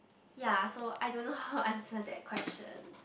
ya so I don't know how to answer that question